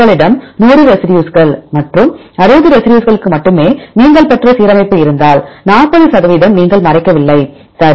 உங்களிடம் 100 ரெசிடியூஸ்கள் மற்றும் 60 ரெசிடியூஸ்களுக்கு மட்டுமே நீங்கள் பெற்ற சீரமைப்பு இருந்தால் 40 சதவிகிதம் நீங்கள் மறைக்கவில்லை சரி